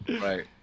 Right